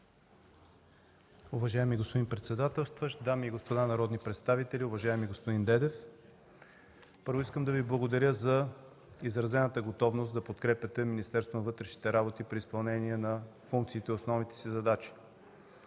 Уважаеми господин председателстващ, дами и господа народни представители! Уважаеми господин Дедев, първо, искам да Ви благодаря за изразената готовност да подкрепяте Министерството на вътрешните работи при изпълнение на основните му функции и задачи.